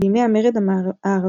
בימי המרד הערבי,